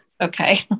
okay